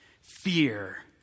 Fear